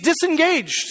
disengaged